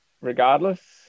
regardless